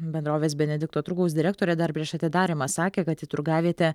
bendrovės benedikto turgaus direktorė dar prieš atidarymą sakė kad į turgavietę